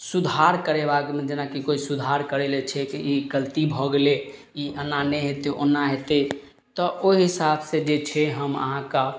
सुधार करेबाक जेनाकि कोइ सुधार करय लए छै कि ई गलती भऽ गेलय ई एना नहि हेतय ओना हेतय तऽ ओइ हिसाबसँ जे छै हम अहाँके